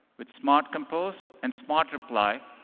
with smart compose and smart reply,